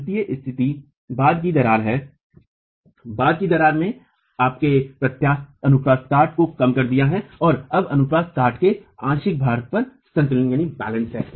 दुतिये स्तिथि बाद की दरार है बाद की दरार में आपने अनुप्रस्थ काट को कम कर दिया है और अब अनुप्रस्थ काट के आंशिक भाग पर संतुलन है